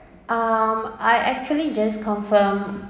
um I actually just confirm